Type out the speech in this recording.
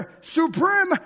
supreme